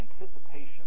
anticipation